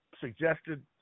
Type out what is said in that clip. suggested